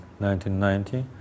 1990